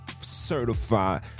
certified